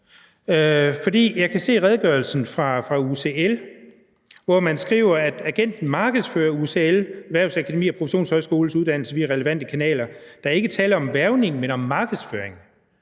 Jeg kan se i redegørelsen fra UCL, at der skrives, at agenten markedsfører UCL Erhvervsakademi og Professionshøjskoles uddannelse via relevante kanaler. Der er ikke tale om hvervning, men om markedsføring.